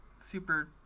super